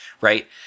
Right